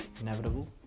inevitable